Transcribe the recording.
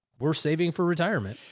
we're saving for retirement.